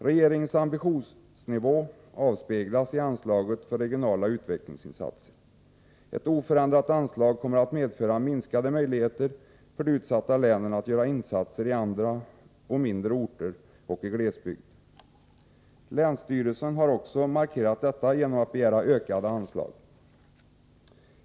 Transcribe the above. Regeringens ambitionsnivå avspeglas i anslaget för regionala utvecklingsinsatser. Ett oförändrat anslag kommer att medföra minskade möjligheter för de utsatta länen att göra insatser i andra, mindre orter och i glesbygd. Länsstyrelserna har också markerat detta genom att begära ökade anslag.